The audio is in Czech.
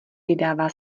vydává